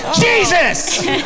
Jesus